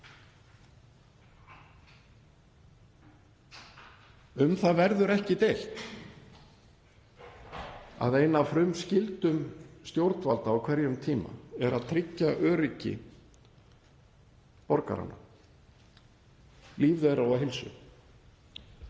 Um það verður ekki deilt að ein af frumskyldum stjórnvalda á hverjum tíma er að tryggja öryggi borgaranna, líf þeirra og heilsu